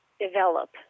develop